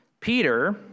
Peter